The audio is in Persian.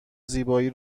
زیبایی